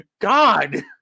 God